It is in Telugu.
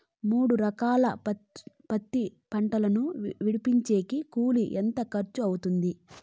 మూడు ఎకరాలు పత్తి పంటను విడిపించేకి కూలి ఎంత ఖర్చు అవుతుంది?